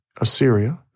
Assyria